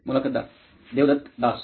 मुलाखतदार देवदत दास